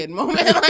moment